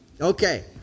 Okay